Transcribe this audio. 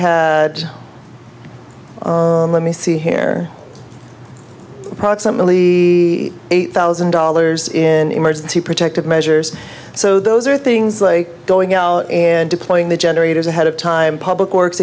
had let me see here approximately eight thousand dollars in emergency protective measures so those are things like going out and deploying the generators ahead of time public works